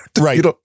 Right